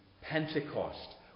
Pentecost